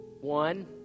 One